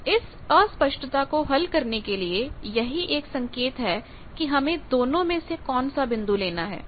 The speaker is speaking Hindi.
तो इस अस्पष्टता को हल करने के लिए यही एक संकेत है कि हमें दोनों में से कौन सा बिंदु लेना है